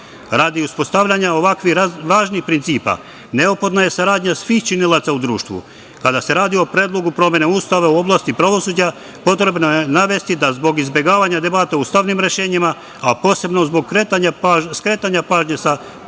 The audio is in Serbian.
uspostavljanja ovakvih važnih principa, neophodna je saradnja svih činilaca u društvu. Kada se radi o predlogu promene Ustava u oblasti pravosuđa, potrebno je navesti da zbog izbegavanja debate u ustavnim rešenjima, a posebno zbog skretanja pažnje sa primarne